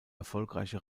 erfolgreiche